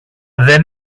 δεν